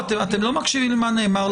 מקשיבים מה נאמר לכם.